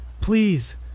please